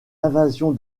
invasion